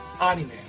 anime